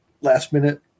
last-minute